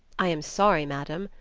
i am sorry, madam,